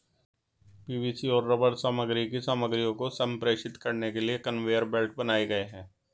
PVC और rubber सामग्री की सामग्रियों को संप्रेषित करने के लिए कन्वेयर बेल्ट बनाए गए हैं